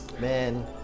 Man